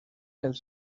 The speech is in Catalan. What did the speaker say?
els